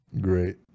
great